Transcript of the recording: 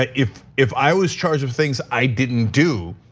ah if if i was charged of things i didn't do,